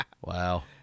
Wow